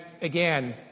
again